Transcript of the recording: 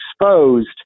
exposed